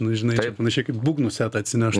nu žinai čia panašiai kaip būgnų setą atsinešt